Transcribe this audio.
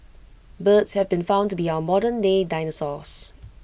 birds have been found to be our modernday dinosaurs